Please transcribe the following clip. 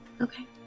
Okay